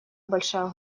большая